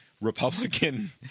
Republican